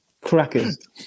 crackers